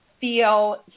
feel